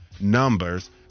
numbers